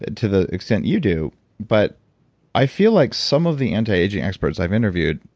to the extent you do but i feel like some of the anti-aging experts i've interviewed,